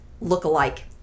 Look-alike